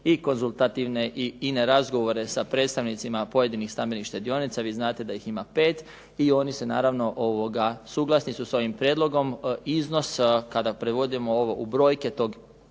i konzultativne i ine razgovore sa predstavnicima pojedinih stambenih štedionica. Vi znate da ih ima 5 i oni su naravno, suglasni su s ovim prijedlogom. Iznos, kada prevodimo ovo u brojke tog